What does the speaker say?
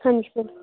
ਹਾਂਜੀ ਸਰ